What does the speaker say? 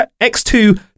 X2